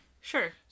Sure